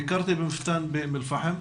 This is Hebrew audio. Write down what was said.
ביקרתי במפתן באום אל פאחם,